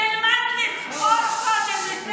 תלמד, קודם, לפני,